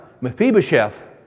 Mephibosheth